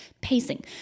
Pacing